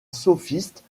sophistes